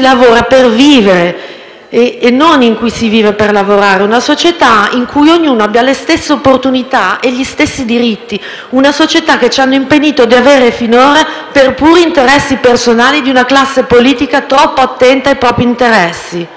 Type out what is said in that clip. lavora per vivere e non una in cui si vive per lavorare; una società in cui ognuno abbia le stesse opportunità e gli stessi diritti; una società che ci hanno impedito di avere finora a causa di una classe politica troppo attenta ai propri interessi